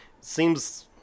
Seems